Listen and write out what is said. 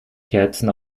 kerzen